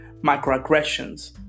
microaggressions